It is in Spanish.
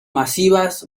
masivas